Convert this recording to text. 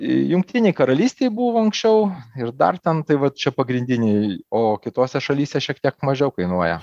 jungtinėj karalystėj buvo anksčiau ir dar ten tai va čia pagrindiniai o kitose šalyse šiek tiek mažiau kainuoja